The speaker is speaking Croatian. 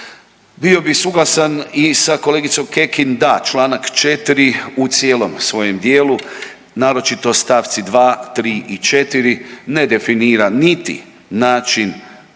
Bio bi suglasan i sa kolegicom Kekin, da čl. 4. u cijelom svojem dijelu naročito stavci 2., 3. i 4. ne definira niti način